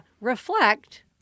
reflect